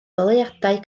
goleuadau